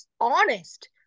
honest